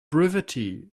brevity